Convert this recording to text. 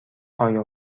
آیا